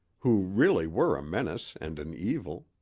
who really were a menace and an evil.